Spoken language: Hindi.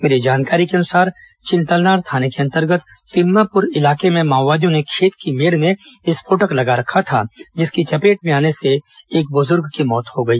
मिली जानकारी के अनुसार चिंतलनार थाने के अंतर्गत तिम्मापुर इलाके में माओवादियों ने खेत की मेड़ में विस्फोटक ॅलगा रखा था जिसकी चपेट में आने से एक बुजुर्ग की मौत हो गई